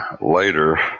later